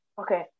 Okay